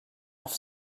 off